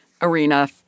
arena